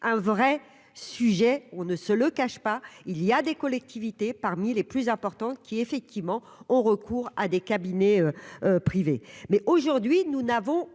un vrai sujet, on ne se le cache pas, il y a des collectivités parmi les plus importantes qui effectivement ont recours à des cabinets privés mais aujourd'hui nous n'avons